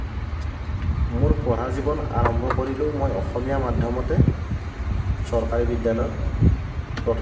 মোৰ পঢ়া জীৱন আৰম্ভ কৰিলোঁ মই অসমীয়া মাধ্যমতে চৰকাৰী বিদ্যালয়ত